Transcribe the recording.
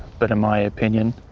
but in my opinion,